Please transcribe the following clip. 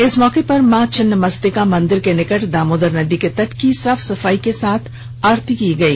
इस मौके पर मां छिन्नमस्तिका मंदिर के समीप दामोदर नदी के तट की साफ सफाई के साथ आरती की गई